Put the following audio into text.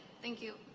thank you.